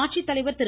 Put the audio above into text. ஆட்சித்தலைவர் திரு